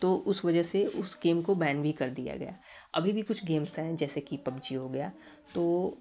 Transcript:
तो उस वजह से उस गेम को बैन भी कर दिया गया अभी भी कुछ गेम्स है जैसे कि पबजी हो गया तो